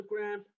Instagram